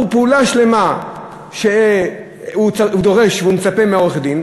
פעולה שלמה שהוא דורש ומצפה מהעורך-דין,